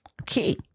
Okay